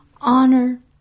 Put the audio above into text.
honor